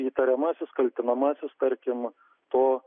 įtariamasis kaltinamasis tarkim to